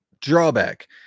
drawback